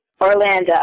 Orlando